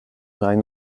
rhein